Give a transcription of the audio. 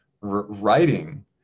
writing